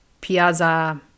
Piazza